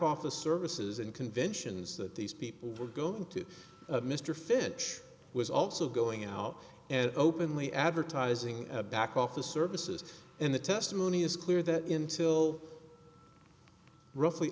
office services and conventions that these people were going to mr finch was also going out and openly advertising back office services in the testimony is clear that intil roughly